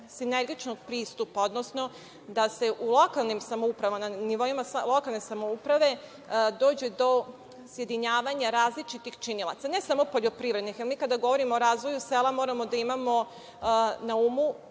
sinergičnog pristupa, odnosno da se na nivoima lokalne samouprave dođe do sjedinjavanja različitih činilaca, ne samo poljoprivrednih. Mi kada govorimo o razvoju sela, moramo da imamo na umu